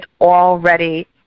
already